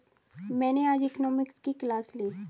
मैंने आज इकोनॉमिक्स की क्लास ली